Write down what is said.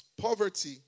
poverty